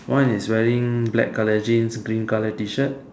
one is wearing black colour jeans green colour T-shirt